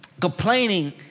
Complaining